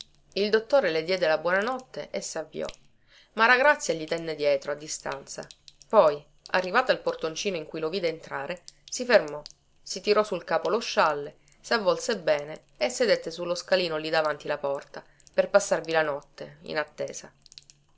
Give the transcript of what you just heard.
il dottore le diede la buona notte e savviò maragrazia gli tenne dietro a distanza poi arrivata al portoncino in cui lo vide entrare si fermò si tirò sul capo lo scialle savvolse bene e sedette su lo scalino lì davanti la porta per passarvi la notte in attesa